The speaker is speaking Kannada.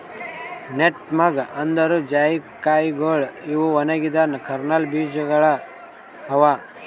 ನಟ್ಮೆಗ್ ಅಂದುರ್ ಜಾಯಿಕಾಯಿಗೊಳ್ ಇವು ಒಣಗಿದ್ ಕರ್ನಲ್ ಬೀಜಗೊಳ್ ಅವಾ